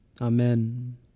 amen